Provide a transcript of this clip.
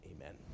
amen